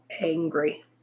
angry